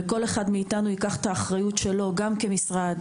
וכל אחד מאתנו ייקח את האחריות שלו, גם כמשרד,